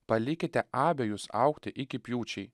palikite abejus augti iki pjūčiai